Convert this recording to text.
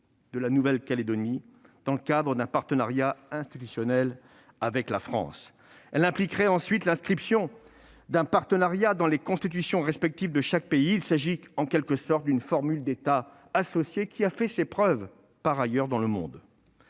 de la Nouvelle-Calédonie dans le cadre d'un partenariat institutionnel avec la France ? Elle impliquerait l'inscription d'un partenariat dans les constitutions respectives de chaque pays. Il s'agit en quelque sorte d'une formule d'États associés, qui a déjà fait ses preuves ailleurs dans le monde.